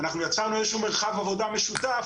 אנחנו יצרנו איזה שהוא מרחב עבודה משותף,